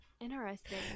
Interesting